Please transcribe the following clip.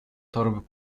torby